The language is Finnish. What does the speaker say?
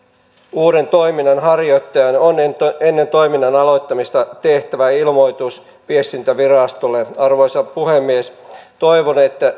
uuden toiminnanharjoittajan on ennen toiminnan aloittamista tehtävä ilmoitus viestintävirastolle arvoisa puhemies toivon että